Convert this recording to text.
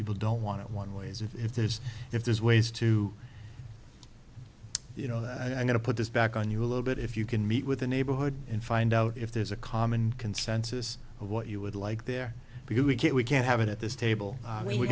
people don't want to one way is if there's if there's ways to you know that i'm going to put this back on you a little bit if you can meet with the neighborhood and find out if there's a common consensus of what you would like there because we can't we can't have it at this table we were